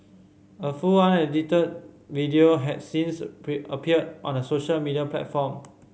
a full unedited video had since appeared on a social media platform